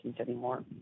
anymore